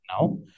now